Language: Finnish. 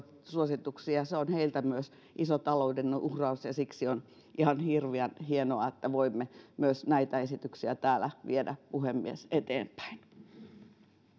suosituksia se on heiltä myös iso taloudellinen uhraus ja siksi on ihan hirveän hienoa että voimme myös näitä esityksiä täällä viedä puhemies eteenpäin